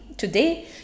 Today